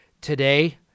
today